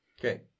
Okay